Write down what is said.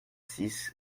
six